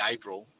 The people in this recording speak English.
April